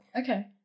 okay